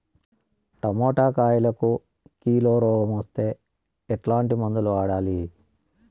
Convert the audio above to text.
Tomato కాయలకు kilo రోగం వస్తే ఎట్లాంటి మందులు వాడాలి?